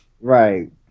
right